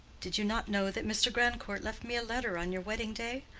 did you not know that mr. grandcourt left me a letter on your wedding-day?